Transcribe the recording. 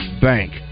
Bank